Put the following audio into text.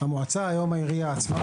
המועצה היום העירייה עצמה